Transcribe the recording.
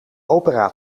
opera